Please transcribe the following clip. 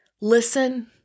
Listen